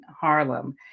Harlem